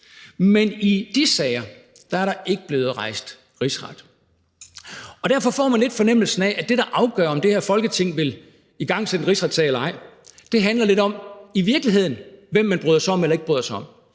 Men i de sager er der ikke blevet rejst en rigsretssag. Kl. 11:09 Derfor får man lidt fornemmelsen af, at det, der afgør, om det her Folketing vil igangsætte en rigsretssag eller ej, i virkeligheden handler lidt om, hvem man bryder sig om eller ikke bryder sig om,